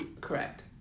Correct